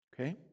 Okay